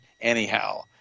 anyhow